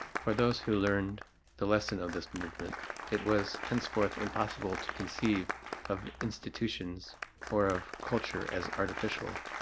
for those who learned the lesson of this movement, it was henceforth impossible to conceive of institutions or of culture as artificial.